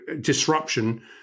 disruption